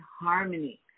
harmony